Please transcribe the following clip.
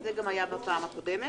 זה גם היה בפעם הקודמת.